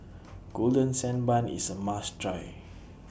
Golden Sand Bun IS A must Try